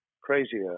crazier